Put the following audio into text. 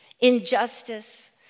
injustice